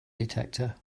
detector